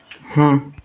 ହଁ